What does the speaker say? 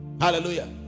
hallelujah